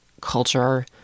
culture